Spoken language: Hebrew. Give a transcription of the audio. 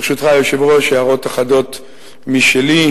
ברשותך, היושב-ראש, הערות אחדות משלי.